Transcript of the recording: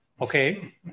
okay